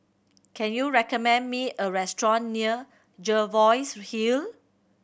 can you recommend me a restaurant near Jervois Hill